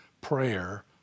prayer